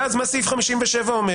ואז מה סעיף 57 אומר?